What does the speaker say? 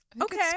Okay